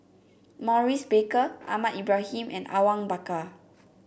Maurice Baker Ahmad Ibrahim and Awang Bakar